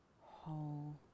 whole